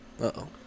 Uh-oh